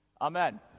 amen